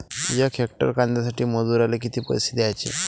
यक हेक्टर कांद्यासाठी मजूराले किती पैसे द्याचे?